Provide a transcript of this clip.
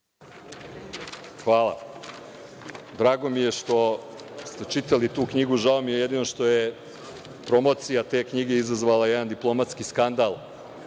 Hvala. Drago mi je što ste čitali tu knjigu, žao mi je jedino što je promocija te knjige izazvala jedan diplomatski skandal